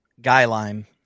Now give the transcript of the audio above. guideline